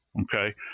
Okay